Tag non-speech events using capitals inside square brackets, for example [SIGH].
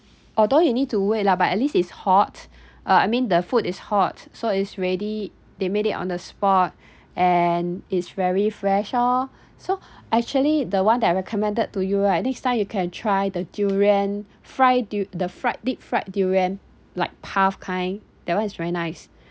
although you need to wait lah but at least it's hot uh I mean the food is hot so it's ready they made it on the spot and is very fresh orh so actually the one that I recommended to you right next time you can try the durian fried dur~ the fried deep fried durian like puff kind that one is very nice [BREATH]